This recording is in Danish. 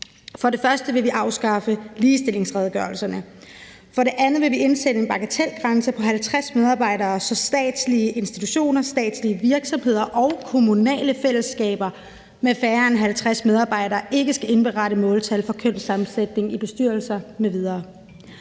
For det første vil vi afskaffe ligestillingsredegørelserne. For det andet vil vi indsætte en bagatelgrænse på 50 medarbejdere, så statslige institutioner, statslige virksomheder og kommunale fællesskaber med færre end 50 medarbejdere ikke skal indberette måltal for kønssammensætningen i bestyrelser m.v.